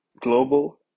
global